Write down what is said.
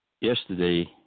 yesterday